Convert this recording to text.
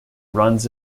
runs